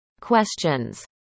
questions